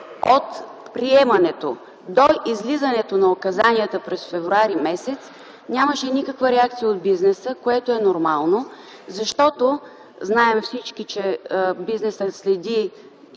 От приемането до излизането на указанията през м. февруари нямаше никаква реакция от бизнеса, което е нормално, защото всички знаем, че бизнесът следи